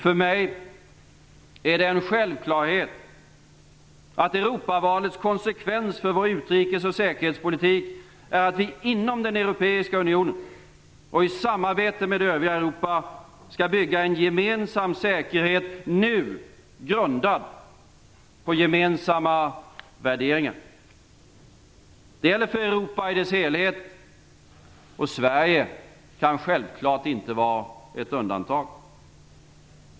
För mig är det en självklarhet att Europavalets konsekvens för vår utrikesoch säkerhetspolitik är att vi inom den europeiska unionen och i samarbete med det övriga Europa skall bygga en gemensam säkerhet nu grundad på gemensamma värderingar. Det gäller för Europa i dess helhet, och Sverige kan självfallet inte vara ett undantag.